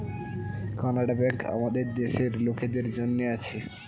Canara bank আমাদের দেশের লোকদের জন্যে আছে